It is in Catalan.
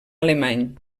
alemany